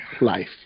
life